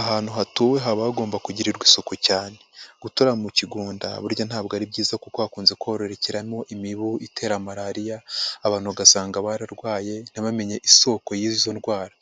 Ahantu hatuwe haba hagomba kugirirwa isuku cyane. Gutura mu kigunda burya ntabwo ari byiza kuko hakunze kororokeramo imibu itera malariya, abantu bagasanga bararwaye ntibamenye isoko y'izo ndwara.